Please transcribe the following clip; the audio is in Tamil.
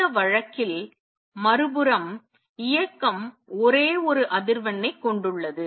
இந்த வழக்கில் மறுபுறம் இயக்கம் ஒரே ஒரு அதிர்வெண் ஐ கொண்டுள்ளது